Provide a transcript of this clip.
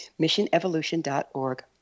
missionevolution.org